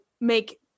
make